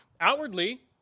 Outwardly